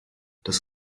das